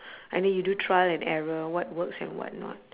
I mean you do trial and error what works and whatnot